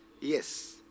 Yes